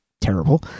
terrible